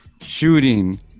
shooting